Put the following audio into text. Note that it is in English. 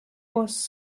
was